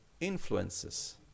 influences